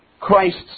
Christ's